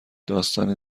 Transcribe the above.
داستانی